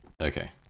Okay